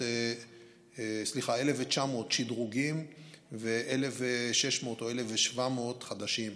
1,900 שדרוגים ו-1,600 או 1,700 חדשים.